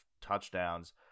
touchdowns